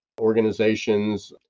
organizations